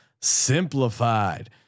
Simplified